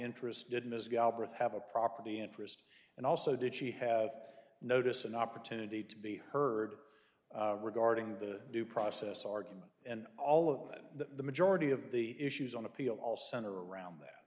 galbreath have a property interest and also did she have notice an opportunity to be heard regarding the due process argument and all of it the majority of the issues on appeal all center around that